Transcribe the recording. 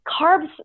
carbs